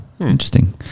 Interesting